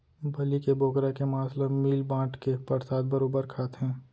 बलि के बोकरा के मांस ल मिल बांट के परसाद बरोबर खाथें